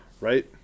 Right